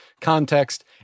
context